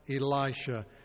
Elisha